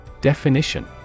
Definition